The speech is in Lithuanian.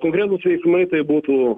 konkretūs veiksmai tai būtų